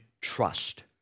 trust